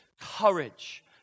courage